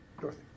Dorothy